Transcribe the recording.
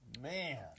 man